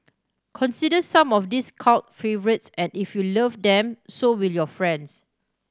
consider some of these cult favourites and if you love them so will your friends